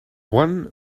one